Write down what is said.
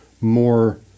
more